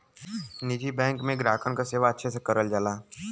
निजी बैंक में ग्राहकन क सेवा अच्छे से करल जाला